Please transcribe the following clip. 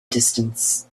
distance